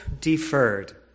deferred